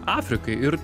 afrikai ir